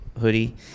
hoodie